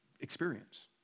experience